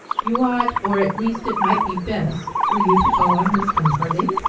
you ought or at least it might be best for you to call on miss dumfarthing?